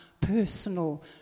personal